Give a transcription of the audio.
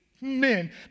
men